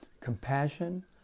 Compassion